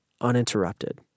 uninterrupted